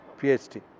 PhD